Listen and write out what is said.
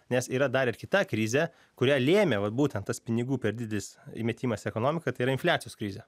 nes yra dar ir kita krizė kurią lėmė vat būtent tas pinigų per didelis įmetimas į ekonomiką tai yra infliacijos krizė